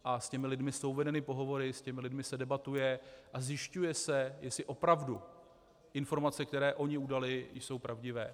S těmi lidmi jsou vedeny pohovory, s těmi lidmi se debatuje a zjišťuje se, jestli opravdu informace, které oni udali, jsou pravdivé.